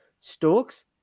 Stokes